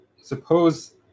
suppose